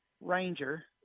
Ranger